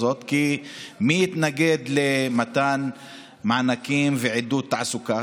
מי שצועק יותר ומי שמצליח לעשות קמפיין יותר חזק פה בכיכר,